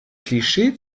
klischee